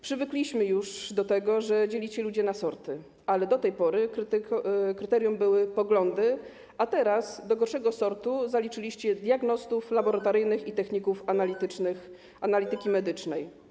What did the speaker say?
Przywykliśmy już do tego, że dzielicie ludzi na sorty, ale do tej pory kryterium były poglądy, a teraz do gorszego sortu zaliczyliście diagnostów laboratoryjnych i techników analitycznych analityki medycznej.